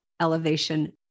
elevation